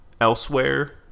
elsewhere